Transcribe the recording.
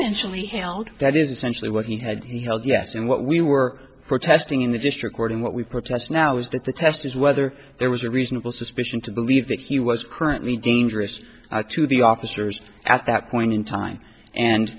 essentially held that is essentially what he had he told us and what we were protesting in the district court and what we protest now is that the test is whether there was a reasonable suspicion to believe that he was currently dangerous to the officers at that point in time and